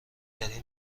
گری